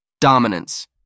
Dominance